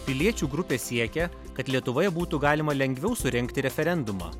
piliečių grupė siekia kad lietuvoje būtų galima lengviau surengti referendumą